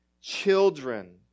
children